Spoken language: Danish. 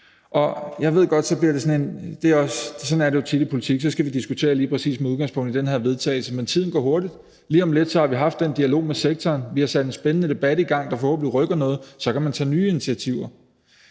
sådan er det jo tit i politik – at vi diskuterer noget lige præcis med udgangspunkt i det forslag til vedtagelse. Men tiden går hurtigt, og lige om lidt har vi haft den dialog med sektoren, og vi har sat en spændende debat i gang, der forhåbentlig rykker noget, og så kan man tage nye initiativer.